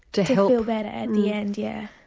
to feel better at the end, yeah.